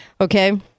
Okay